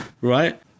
right